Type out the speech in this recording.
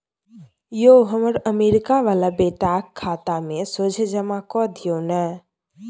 यौ हमर अमरीका बला बेटाक खाता मे सोझे जमा कए दियौ न